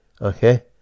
Okay